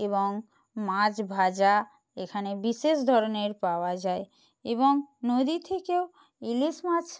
এবং মাছ ভাজা এখানে বিশেষ ধরনের পাওয়া যায় এবং নদী থেকেও ইলিশ মাছ